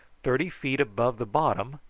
thirty feet above the bottom,